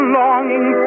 longing